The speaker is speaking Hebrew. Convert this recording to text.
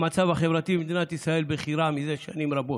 המצב החברתי במדינת ישראל בכי רע זה שנים רבות,